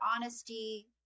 honesty